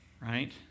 right